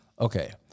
Okay